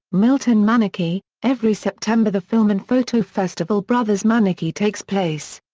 milton manaki, every september the film and photo festival brothers manaki takes place.